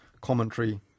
commentary